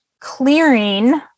clearing